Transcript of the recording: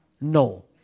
No